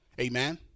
Amen